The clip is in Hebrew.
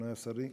אדוני השר,